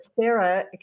sarah